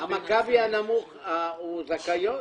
המכבי הנמוך, זכאיות?